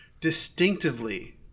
distinctively